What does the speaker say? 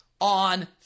on